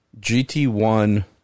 GT1